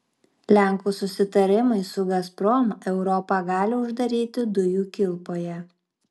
lenkų susitarimai su gazprom europą gali uždaryti dujų kilpoje